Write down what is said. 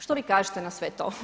Što vi kažete na sve to?